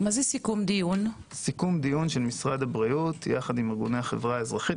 סיכום דיון של משרד הבריאות יחד עם ארגוני החברה האזרחית.